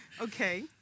okay